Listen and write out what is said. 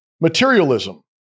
Materialism